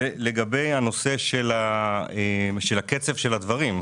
לגבי הנושא של הקצב של הדברים,